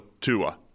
Tua